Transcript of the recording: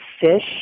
fish